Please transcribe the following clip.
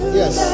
yes